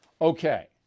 Okay